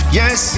yes